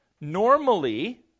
normally